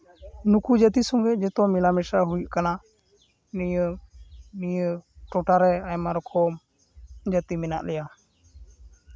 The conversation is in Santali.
ᱱᱩᱠᱩ ᱡᱟᱹᱛᱤ ᱥᱚᱸᱜᱮᱜ ᱡᱚᱛᱚ ᱢᱮᱞᱟ ᱢᱮᱥᱟ ᱦᱩᱭᱩᱜ ᱠᱟᱱᱟ ᱱᱤᱭᱟᱹ ᱱᱤᱭᱟᱹ ᱴᱚᱴᱷᱟᱨᱮ ᱟᱭᱢᱟ ᱨᱚᱠᱚᱢ ᱡᱟᱹᱛᱤ ᱢᱮᱱᱟᱜ ᱞᱮᱭᱟ